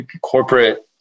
corporate